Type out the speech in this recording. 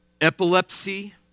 epilepsy